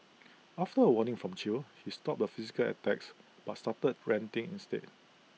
after A warning from chew he stopped the physical attacks but started ranting instead